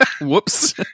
Whoops